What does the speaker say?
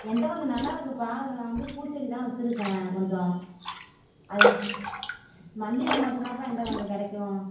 என்ட்ட கொஞ்சம் நிலம் இருக்குதுப்பா அதில் நான் வந்து பூச்செடி தான் வெச்சிருக்கேன் கொஞ்சம் அது மல்லிகைப்பூ மட்டும் தான்ப்பா என்ட்ட கொஞ்சம் கிடைக்கும்